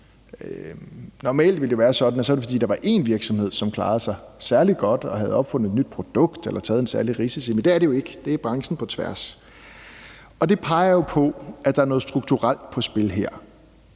Normalt ville det være sådan, at det så var, fordi der var én virksomhed, som klarede sig særlig godt og havde opfundet et nyt produkt eller løbet en særlig risiko, men det er det jo ikke, for det er branchen på tværs. Og det peger jo på, at der er noget strukturelt på spil her,